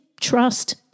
trust